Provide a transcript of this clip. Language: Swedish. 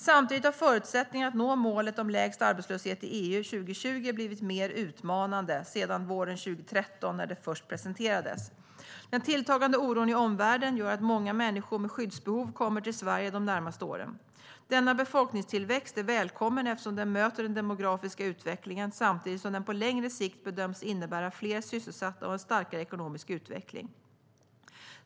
Samtidigt har förutsättningarna att nå målet om lägst arbetslöshet i EU 2020 blivit mer utmanande sedan våren 2013, när det först presenterades. Den tilltagande oron i omvärlden gör att många människor med skyddsbehov kommer till Sverige de närmaste åren. Denna befolkningstillväxt är välkommen, eftersom den möter den demografiska utvecklingen, samtidigt som den på längre sikt bedöms innebära fler sysselsatta och en starkare ekonomisk utveckling.